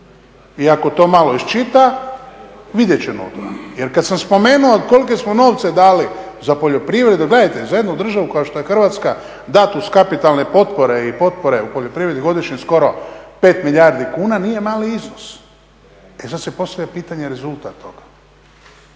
I ako to malo iščita vidjet ćemo. Jer kad sam spomenuo kolike smo novce dali za poljoprivredu, gledajte za jednu državu kao što je Hrvatska dati uz kapitalne potpore i potpore u poljoprivredi godišnje skoro 5 milijardi kuna nije mali iznos. E sad se postavlja pitanje rezultat toga?